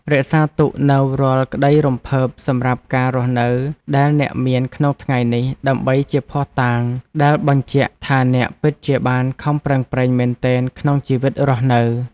រក្សាទុកនូវរាល់ក្ដីរំភើបសម្រាប់ការរស់នៅដែលអ្នកមានក្នុងថ្ងៃនេះដើម្បីជាភស្តុតាងដែលបញ្ជាក់ថាអ្នកពិតជាបានខំប្រឹងប្រែងមែនទែនក្នុងជីវិតរស់នៅ។